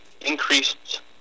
increased